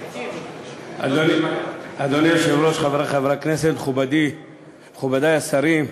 אדוני היושב-ראש, חברי חברי הכנסת, מכובדי השרים,